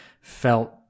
felt